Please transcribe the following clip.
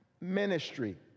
ministry